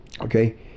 Okay